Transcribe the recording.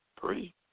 three